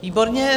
Výborně.